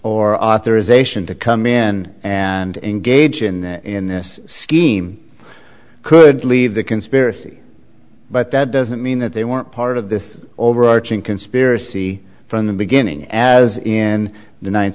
or authorization to come in and engage in this scheme could leave the conspiracy but that doesn't mean that they weren't part of this overarching conspiracy from the beginning as in the ninth